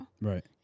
Right